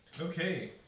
Okay